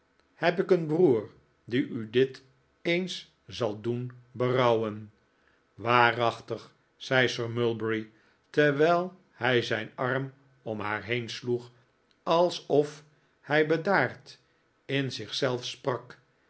heb ik een broer die u dit eens zal doen berouwen waarachtig zei sir mulberry terwijl hij zijn arm om haar heen sloeg alsof hij bedaard in zich zelf sprak